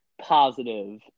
positive